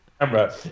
camera